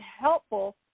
helpful